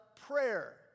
prayer